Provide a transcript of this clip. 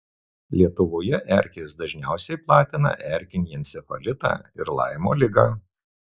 lietuvoje erkės dažniausiai platina erkinį encefalitą ir laimo ligą